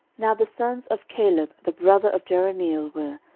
now the sons of caleb the brother of jerahmeel were,